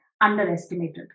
underestimated